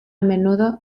menudo